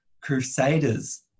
Crusaders